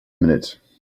minute